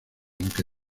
aunque